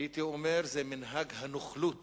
הייתי אומר, זה מנהג הנוכלות